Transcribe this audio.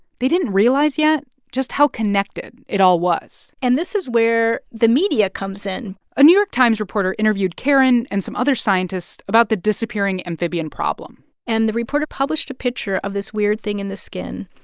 they didn't realize yet just how connected it all was and this is where the media comes in a new york times reporter interviewed karen and some other scientists about the disappearing amphibian problem and the reporter published a picture of this weird thing in the skin.